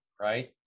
right